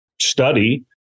study